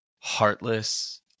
heartless